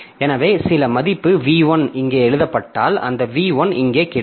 எனவே சில மதிப்பு v 1 இங்கே எழுதப்பட்டால் அந்த v 1 இங்கே கிடைக்கும்